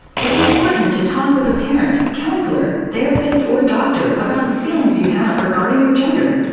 it's important to talk with a parent, counselor, therapist, or doctor about the feelings you have regarding your gender.